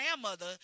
grandmother